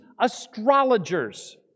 astrologers